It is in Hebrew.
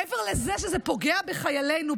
מעבר לזה שזה פוגע בחיילינו,